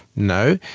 no.